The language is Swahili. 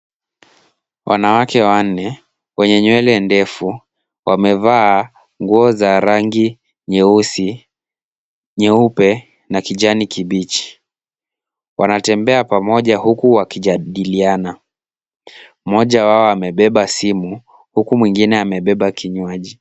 Wanawake wanne wenye nywele ndefu wamevaa nguo za rangi nyeusi, nyeupe na kijani kibichi. Wanatembea pamoja huku wakijadiliana. Mmoja wao amebeba simu huku mwingine amebeba kinywaji.